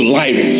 life